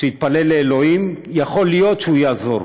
שיתפלל לאלוהים, יכול להיות שהוא יעזור.